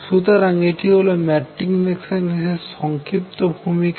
সুতরাং এটি হল ম্যাট্রিক্স মেকানিক্স এর সংক্ষিপ্ত ভুমিকা